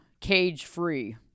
cage-free